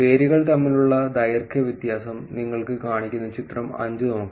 പേരുകൾ തമ്മിലുള്ള ദൈർഘ്യ വ്യത്യാസം നിങ്ങൾക്ക് കാണിക്കുന്ന ചിത്രം 5 നോക്കാം